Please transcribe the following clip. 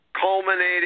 culminating